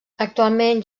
actualment